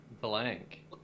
blank